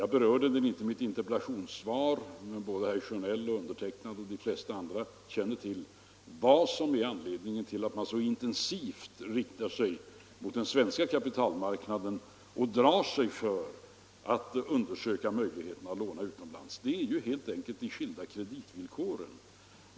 Jag berörde den inte i mitt interpellationssvar, men herr Sjönell och jag och de flesta här känner till vad som är anledningen till att företagen så intensivt riktar sig mot den svenska kapitalmarknaden och drar sig för att undersöka möjligheterna att låna utomlands. Det är helt enkelt de skilda kreditvillkoren.